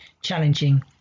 challenging